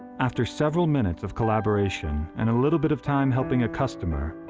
after several minutes of collaboration and a little bit of time helping a customer,